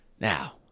Now